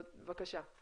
בבקשה.